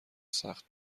سخت